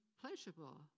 pleasurable